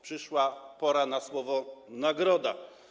Przyszła pora na słowo „nagroda”